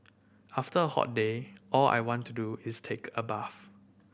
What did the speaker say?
after a hot day all I want to do is take a bath